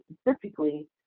specifically